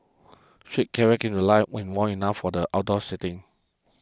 street carry came to life when warm enough for the outdoor seating